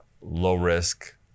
low-risk